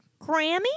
Grammy